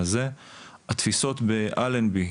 לגבי התפיסות באלנבי,